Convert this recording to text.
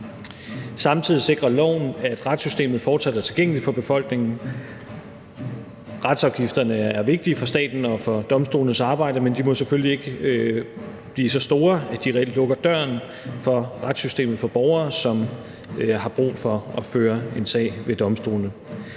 Samtidig sikrer loven, at retssystemet fortsat er tilgængeligt for befolkningen. Retsafgifterne er vigtige for staten og for domstolenes arbejde, men de må selvfølgelig ikke blive så høje, at de reelt lukker døren for retssystemet for borgere, som har brug for at føre en sag ved domstolene.